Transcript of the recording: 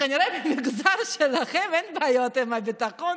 כנראה שבמגזר שלכם אין בעיות ביטחון,